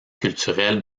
culturelle